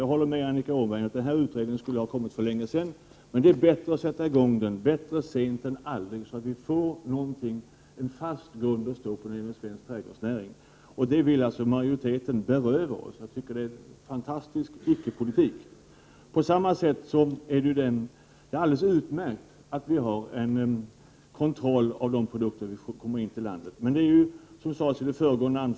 Jag håller med Annika Åhnberg om att den här utredningen skulle ha kommit för länge sedan. Men det är bättre att sätta i gång den — bättre sent än aldrig — så att vi får en fast grund att stå på när det gäller svensk trädgårdsnäring. Detta vill alltså majoriteten beröva oss. Jag tycker att det är en fantastisk icke-politik. Det är alldeles utmärkt att vi har en kontroll av de produkter som kommer in i landet. Men som sades i föregående anförande är det faktiskt så att den Prot.